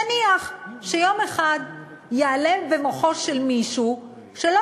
נניח שיום אחד יעלה במוחו של מישהו שלא